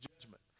judgment